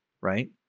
right